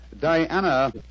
Diana